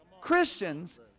Christians